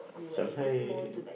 Shanghai